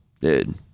dude